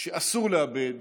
שאסור לאבד